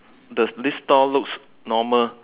does this stall looks normal